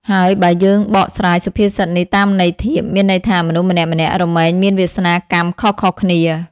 ហើយបើយើងបកស្រាយសុភាសិតនេះតាមន័យធៀប មានន័យថា មនុស្សម្នាក់ៗរមែងមានវាសនាកម្មខុសៗគ្នា ។